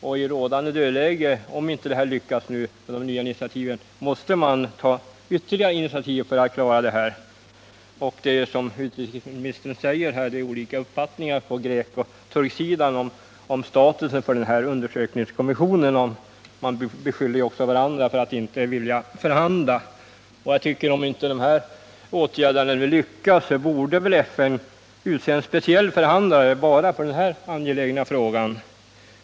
I det dödläge som råder måste man, om man inte lyckas åstadkomma någonting med de nya initiativ som skall tas, ta ytterligare initiativ för att lösa dessa problem. 39 Det råder som utrikesministern säger olika uppfattningar på den grekiska resp. den turkiska sidan om undersökningskommissionens status, och man beskyller också varandra för att inte vilja förhandla. Jag tycker därför att FN borde utse en speciell förhandlare för enbart denna angelägna fråga.